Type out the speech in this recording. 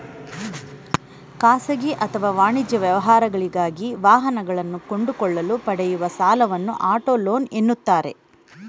ಖಾಸಗಿ ಅಥವಾ ವಾಣಿಜ್ಯ ವ್ಯವಹಾರಗಳಿಗಾಗಿ ವಾಹನಗಳನ್ನು ಕೊಂಡುಕೊಳ್ಳಲು ಪಡೆಯುವ ಸಾಲವನ್ನು ಆಟೋ ಲೋನ್ ಎನ್ನುತ್ತಾರೆ